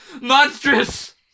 Monstrous